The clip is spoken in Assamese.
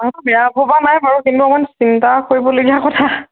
অঁ বেয়া ভবা নাই বাৰু কিন্তু অকণমান চিন্তা কৰিবলগীয়া কথা